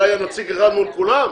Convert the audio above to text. לה יהיה נציג אחד מול כולם,